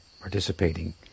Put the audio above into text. participating